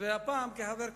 והפעם כחבר הכנסת.